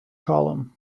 column